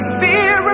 fear